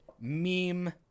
meme